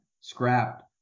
scrapped